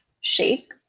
shake